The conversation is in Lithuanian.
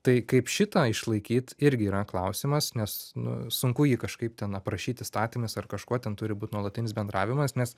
tai kaip šitą išlaikyt irgi yra klausimas nes nu sunku jį kažkaip ten aprašyt įstatymais ar kažkuo ten turi būt nuolatinis bendravimas nes